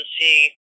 see